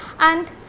and